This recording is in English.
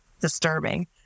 disturbing